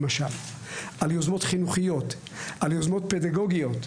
למשל על יוזמות חינוכיות ועל יוזמות פדגוגיות.